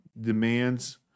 demands